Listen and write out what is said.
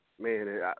man